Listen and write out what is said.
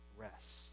rest